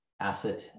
asset